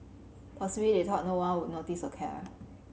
possibly they thought no one would notice or care